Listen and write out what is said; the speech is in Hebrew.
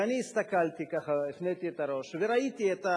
ואני הסתכלתי ככה, הפניתי את הראש, וראיתי את,